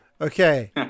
okay